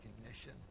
recognition